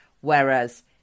Whereas